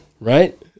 right